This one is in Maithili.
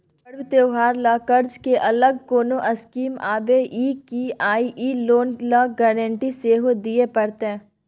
पर्व त्योहार ल कर्ज के अलग कोनो स्कीम आबै इ की आ इ लोन ल गारंटी सेहो दिए परतै?